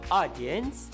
audience